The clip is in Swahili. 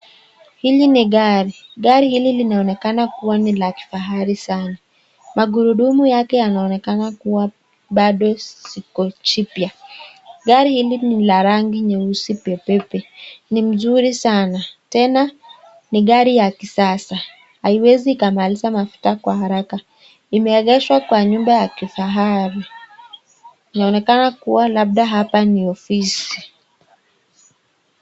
Hili ni gari. Gari hili linaonekana kuwa ni la kifahari sana. Magurudumu yake yanaonekana kuwa bado ziko jipya. Gari hili ni la rangi nyeusi pe pe pe. Ni mzuri sana tena ni gari ya kisasa, haiwezi ikamaliza mafuta kwa haraka. Imeegeshwa kwa nyumba ya kifahari. Inaonekana kuwa, labda hapa ni ofisi.